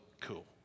cool